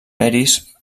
peris